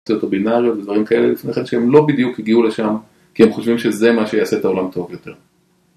בינאריות ודברים כאלה לפני אחד שהם לא בדיוק הגיעו לשם כי הם חושבים שזה מה שיעשה את העולם טוב יותר